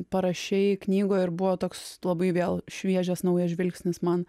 parašei knygoj ir buvo toks labai vėl šviežias naujas žvilgsnis man